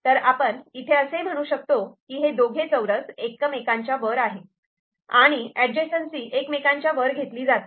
तर आपण इथे असे म्हणू शकतो की हे दोघे चौरस एकमेकांच्या वर आहे आणि अडजेसन्सी एकमेकांच्या वर घेतली जाते